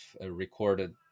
recorded